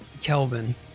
Kelvin